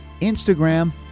Instagram